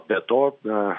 be to na